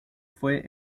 fue